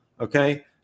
Okay